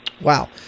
Wow